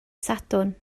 sadwrn